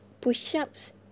Push-ups